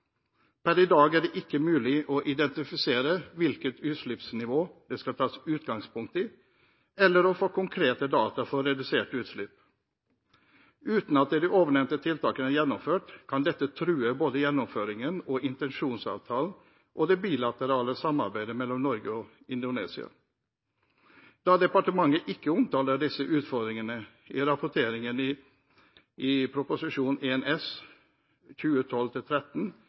Per i dag er det ikke mulig å identifisere hvilket utslippsnivå det skal tas utgangspunkt i, eller få konkrete data for reduserte utslipp. Uten at de ovennevnte tiltakene er gjennomført, kan både gjennomføringen, intensjonsavtalen og det bilaterale samarbeidet mellom Norge og Indonesia være truet. Da departementet ikke omtaler disse utfordringene i rapporteringen i Prop. 1 S for 2012–2013, kan det føre til